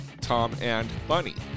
TomAndBunny